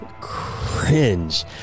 cringe